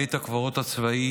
בית הקברות הצבאי